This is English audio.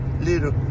little